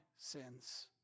sins